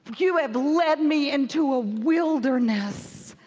you have led me into a wilderness.